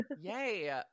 Yay